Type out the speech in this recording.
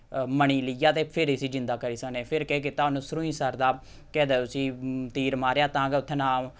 मणि लेई आ ते फिर इसी जींदा करी सकने फिर केह् कीता उ'न्न सुरुईंसर दा केह् आखदे उसी तीर मारेआ तां गै उत्थै नाम